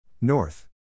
North